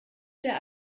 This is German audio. der